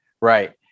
Right